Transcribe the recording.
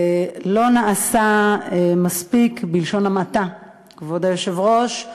לא נעשה מספיק, בלשון המעטה, כבוד היושב-ראש.